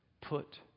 Put